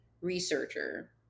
researcher